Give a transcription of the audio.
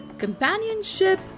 companionship